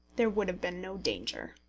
there would have been no danger.